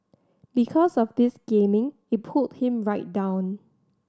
because of this gaming it pulled him right down